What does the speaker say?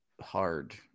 hard